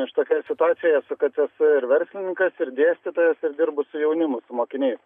aš tokioj situacijoj esu kad esu ir verslininkas ir dėstytojas ir dirbu su jaunimu su mokiniais